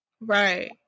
Right